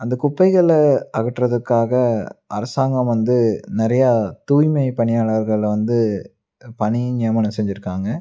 அந்த குப்பைகளை அகற்றதுக்காக அரசாங்கம் வந்து நிறைய தூய்மை பணியாளர்களை வந்து பணி நியமனம் செஞ்சிருக்காங்க